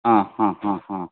ആ ഹാ ഹാ ആ